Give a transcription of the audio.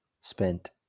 spent